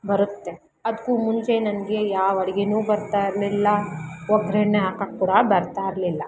ಬರುತ್ತೆ ಅದಕ್ಕೂ ಮುಂಚೆ ನನಗೆ ಯಾವ ಅಡುಗೆ ಬರ್ತಾ ಇರಲಿಲ್ಲ ಒಗ್ಗರಣೆ ಹಾಕಕ್ ಕೂಡ ಬರ್ತಾ ಇರಲಿಲ್ಲ